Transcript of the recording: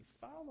follow